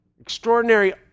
extraordinary